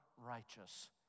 righteous